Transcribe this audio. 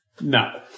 No